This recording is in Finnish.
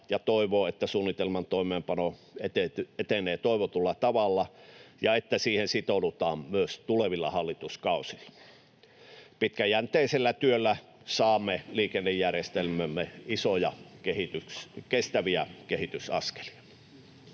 ja toivoo, että suunnitelman toimeenpano etenee toivotulla tavalla ja että siihen sitoudutaan myös tulevilla hallituskausilla. Pitkäjänteisellä työllä saamme liikennejärjestelmäämme isoja kestäviä kehitysaskelia.